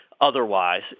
otherwise